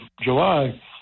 July